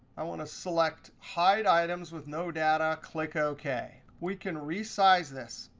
i want to select hide items with no data, click ok. we can resize this.